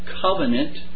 covenant